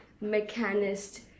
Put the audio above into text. mechanist